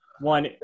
one